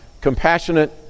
compassionate